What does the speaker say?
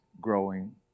growing